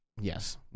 yes